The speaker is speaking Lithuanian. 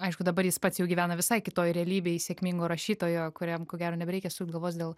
aišku dabar jis pats jau gyvena visai kitoj realybėj sėkmingo rašytojo kuriam ko gero nebereikia sukt galvos dėl